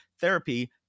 therapy